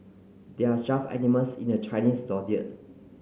there are twelve animals in the Chinese Zodiac